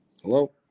Hello